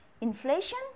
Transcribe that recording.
Inflation